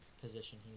position